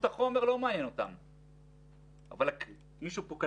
תודה רבה לכל חברי הכנסת שהיו פה.